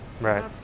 Right